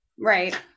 Right